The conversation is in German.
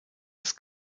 das